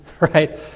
right